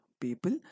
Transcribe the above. people